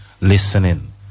listening